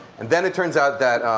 and then it turns out that